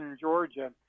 Georgia